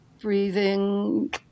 breathing